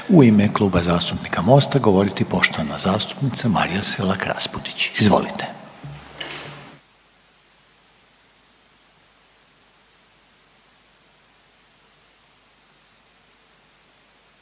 u ime Kluba zastupnika MOST-a govoriti poštovana zastupnica Marija Selak Raspudić. Izvolite.